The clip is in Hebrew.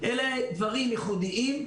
אלה דברים ייחודיים,